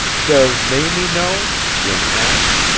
does mamie know? jim asked.